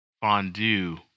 fondue